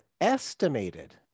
estimated